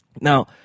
Now